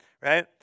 Right